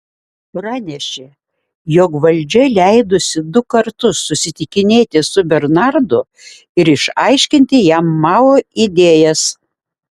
pranešė jog valdžia leidusi du kartus susitikinėti su bernardu ir išaiškinti jam mao idėjas